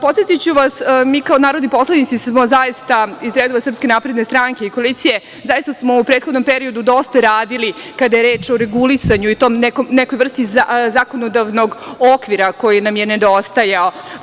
Podsetiću vas, mi kao narodni poslanici iz redova SNS i koalicije, zaista smo u prethodnom periodu dosta radili, kada je reč o regulisanju i toj nekoj vrsti zakonodavnog okvira koji nam je nedostajao.